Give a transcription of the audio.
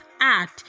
art